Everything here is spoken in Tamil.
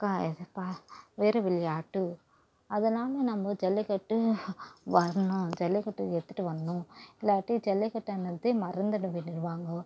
க இது ப வீர விளையாட்டு அதனால் நம்ம ஜல்லிக்கட்டு வரணும் ஜல்லிக்கட்டு எடுத்துகிட்டு வரணும் இல்லாட்டி ஜல்லிக்கட்டுங்றதே மறந்துடுவிடுவாங்கோ